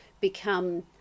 become